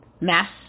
Mass